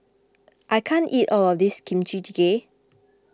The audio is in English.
I can't eat all of this Kimchi Jjigae